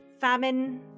Famine